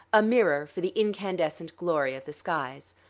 a mirror for the incandescent glory of the skies.